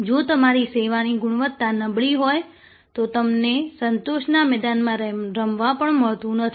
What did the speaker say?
જો તમારી સેવાની ગુણવત્તા નબળી હોય તો તમને સંતોષના મેદાનમાં રમવા પણ મળતું નથી